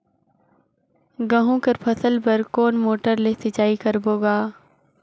गहूं कर फसल बर कोन मोटर ले सिंचाई करबो गा?